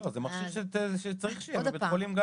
מכשיר שצריך להיות בבית חולים,